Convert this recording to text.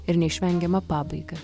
ir neišvengiamą pabaigą